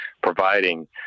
providing